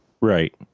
Right